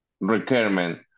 requirement